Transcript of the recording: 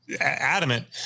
adamant